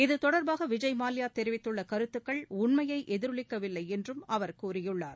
இத்தொடர்பாக விஜய் மல்லையா தெரிவித்துள்ள கருத்துக்கள் உண்மையை எதிரொலிக்கவில்லை என்றும் அவர் கூறியுள்ளார்